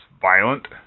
violent